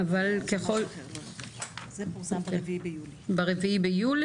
ב-4 ביולי?